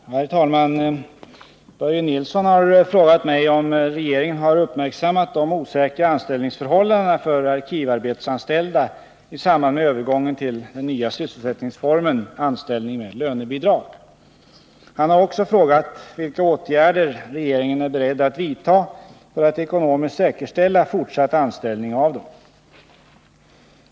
Herr talman! Börje Nilsson har frågat mig om regeringen har uppmärksammat de osäkra anställningsförhållandena för arkivarbetsanställda i samband med övergången till den nya sysselsättningsformen anställning med lönebidrag. Han har också frågat vilka åtgärder regeringen är beredd att vidta för att ekonomiskt säkerställa fortsatt anställning av dem.